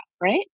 right